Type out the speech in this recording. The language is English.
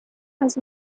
has